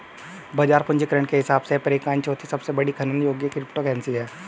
बाजार पूंजीकरण के हिसाब से पीरकॉइन चौथी सबसे बड़ी खनन योग्य क्रिप्टोकरेंसी है